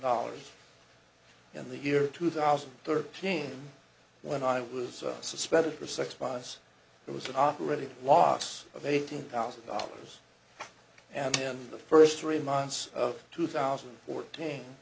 dollars in the year two thousand and thirteen when i was suspended for six months it was an operating loss of eighty thousand dollars and in the first three months of two thousand and fourteen